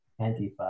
Antifa